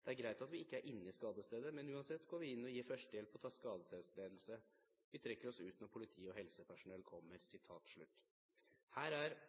Det er greit at vi ikke er inne i skadestedet. Men, uansett går vi inn og gir førstehjelp, og tar skadestedsledelse. Vi trekker oss ut når politi og helsepersonell kommer.» Her er vedkommende inne på kjernen i hvorfor Høyre både i 22. juli-komiteen og her